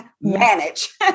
manage